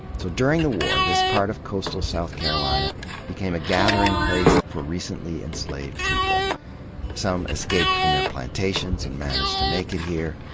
during the war, this part of coastal south carolina became a gathering place for recently enslaved people some escaped from their plantations and managed to make it here,